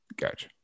gotcha